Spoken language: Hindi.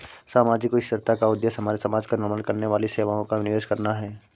सामाजिक स्थिरता का उद्देश्य हमारे समाज का निर्माण करने वाली सेवाओं का निवेश करना है